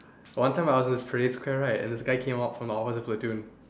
one time I was in the parade square right and this guy came out from the opposite platoon